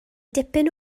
dipyn